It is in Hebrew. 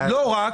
לא רק,